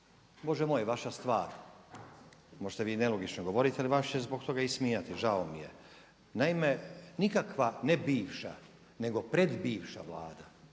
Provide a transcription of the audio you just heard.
Bože moj vaša stvar. Možete vi i nelogično govoriti ali vas će zbog toga ismijati, žao mi je. Naime, nikakva ne bivša, nego pred bivša Vlada